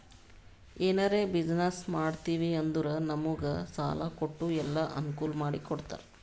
ಎನಾರೇ ಬಿಸಿನ್ನೆಸ್ ಮಾಡ್ತಿವಿ ಅಂದುರ್ ನಮುಗ್ ಸಾಲಾ ಕೊಟ್ಟು ಎಲ್ಲಾ ಅನ್ಕೂಲ್ ಮಾಡಿ ಕೊಡ್ತಾರ್